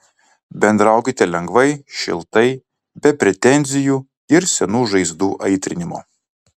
bendraukite lengvai šiltai be pretenzijų ir senų žaizdų aitrinimo